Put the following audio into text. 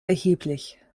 erheblich